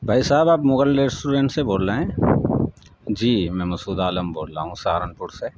بھائی صاحب آپ مغل ریسٹورینٹ سے بول رہے ہیں جی میں مسعود عالم بول رہا ہوں سہارنپور سے